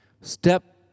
Step